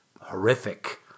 horrific